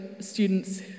students